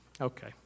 Okay